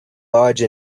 large